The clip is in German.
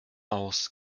aus